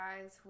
guys